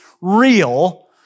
real